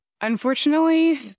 Unfortunately